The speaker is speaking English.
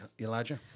Elijah